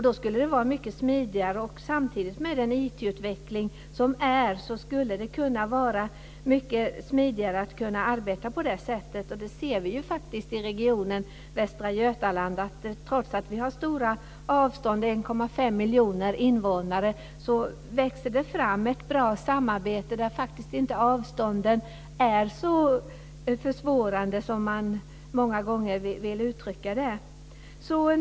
Då skulle det vara mycket smidigare. Med den IT-utveckling som är skulle det kunna vara mycket smidigare att arbeta på det sättet. Det ser vi ju i regionen Västra Götaland. Trots att vi har stora avstånd och 1,5 miljoner invånare växer det fram ett bra samarbete där avstånden faktiskt inte är så försvårande som man många gånger vill uttrycka.